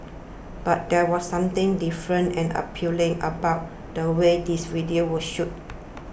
but there was something different and appealing about the way these videos were shot